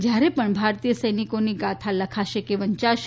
જ્યારે પણ ભારતીય સૈનિકોની ગાથા લખાશે કે વંચાશે